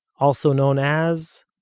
also known as,